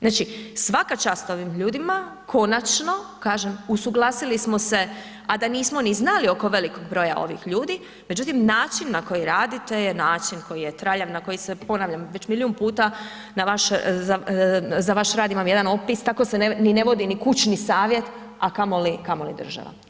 Znači, svaka čast ovim ljudima, konačno, kažem usuglasili smo se a da nismo ni znali oko velikog broja ovih ljudi međutim način na koji radite je način koji je traljav, na koji se ponavljam, već milijun puta za vaš rad imam jedan opis, tako se ne vodi ni kućni savjet a kamoli država.